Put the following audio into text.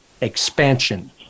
expansion